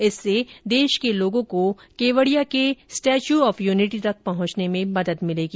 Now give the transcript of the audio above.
इससे देश के लोगों को केवड़िया के स्टैच्यू ऑफ यूनिटी तक पहुंचने में मदद मिलेगी